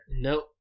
Nope